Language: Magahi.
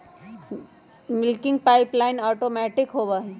मिल्किंग पाइपलाइन ऑटोमैटिक होबा हई